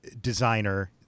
designer